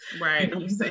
right